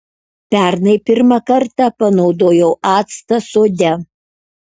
pernai pirmą kartą panaudojau actą sode